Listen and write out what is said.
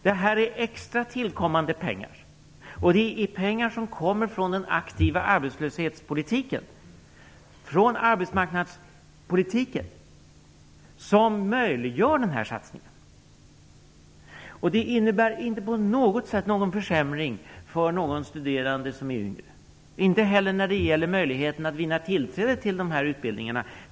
Det här är extra pengar som anslås. Det är pengar som kommer från den aktiva arbetsmarknadspolitiken som möjliggör den här satsningen. Det innebär inte på något sätt någon försämring för någon studerande som är yngre, inte heller när det gäller möjligheten att vinna tillträde till de här utbildningarna.